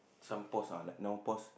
some pause ah like now pause